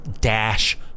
Dash